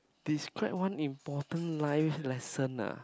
describe one important life lessons ah